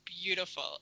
beautiful